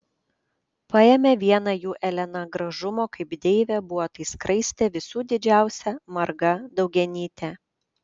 paėmė vieną jų elena gražumo kaip deivė buvo tai skraistė visų didžiausia marga daugianytė